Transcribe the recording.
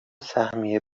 سهمیه